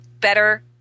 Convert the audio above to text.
better